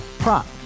Prop